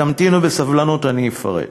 תמתינו בסבלנות, ואני אפרט.